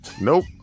Nope